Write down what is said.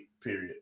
Period